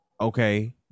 okay